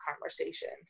conversations